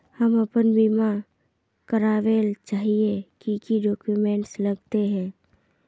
हम अपन बीमा करावेल चाहिए की की डक्यूमेंट्स लगते है?